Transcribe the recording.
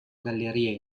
gallerie